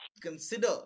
consider